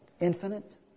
infinite